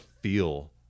feel